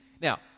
Now